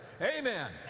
Amen